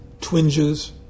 twinges